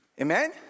Amen